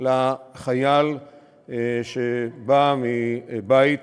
לחייל שבא מבית